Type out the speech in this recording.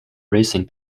racing